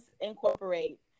incorporate